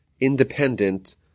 independent